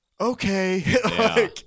Okay